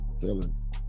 feelings